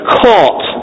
caught